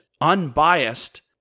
unbiased